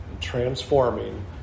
transforming